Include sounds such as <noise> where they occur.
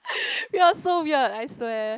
<laughs> we are so weird I swear